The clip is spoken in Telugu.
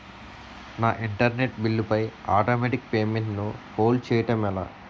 నా ఇంటర్నెట్ బిల్లు పై ఆటోమేటిక్ పేమెంట్ ను హోల్డ్ చేయటం ఎలా?